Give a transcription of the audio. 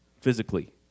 physically